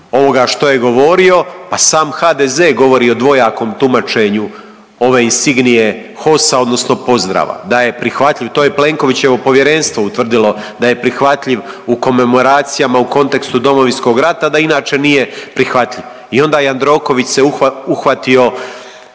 ovoga što je govorio, a sam HDZ govori o dvojakom tumačenju ove insignije HOS-a odnosno pozdrava, da je prihvatljiv, to je Plenkovićevo povjerenstvo utvrdilo da je prihvatljiv u komemoracijama, u kontekstu Domovinskog rata, a da inače nije prihvatljiv i onda Jandroković se uhvatio